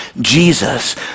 Jesus